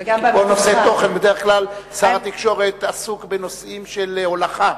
בדרך כלל שר התקשורת עסוק בנושאים של הולכה,